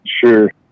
Sure